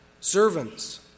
Servants